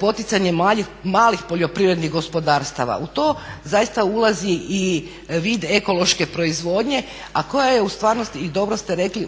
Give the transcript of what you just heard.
poticanje malih poljoprivrednih gospodarstava. U to zaista ulazi i vid ekološke proizvodnje, a koja je u stvarnosti i dobro ste rekli